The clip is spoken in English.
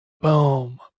Boom